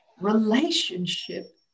relationship